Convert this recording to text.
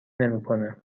نمیکنه